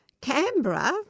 Canberra